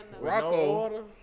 Rocco